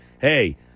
hey